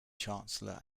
chancellor